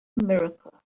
miracle